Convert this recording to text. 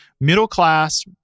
middle-class